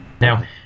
now